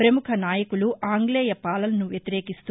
ప్రముఖ నాయకులు ఆంగ్లేయ పాలనను వ్యతిరేకిస్తూ